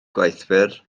gweithwyr